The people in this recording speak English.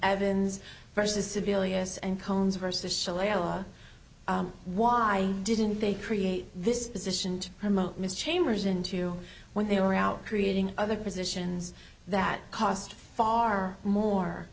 evans versus sebelius and colmes versus shalala why didn't they create this position to promote miss chambers into when they were out creating other positions that cost far more